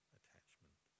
attachment